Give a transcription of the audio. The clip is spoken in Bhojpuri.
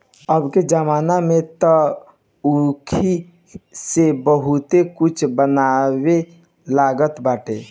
अबके जमाना में तअ ऊखी से बहुते कुछ बने लागल बाटे